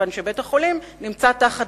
כיוון שבית-החולים נמצא תחת